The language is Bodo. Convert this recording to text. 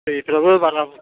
दैफ्राबो बारा